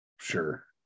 Sure